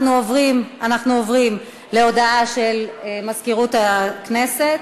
אנחנו עוברים להודעה של מזכירות הכנסת,